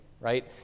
right